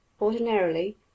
Ordinarily